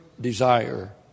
desire